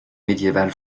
médiéval